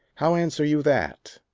how answer you that?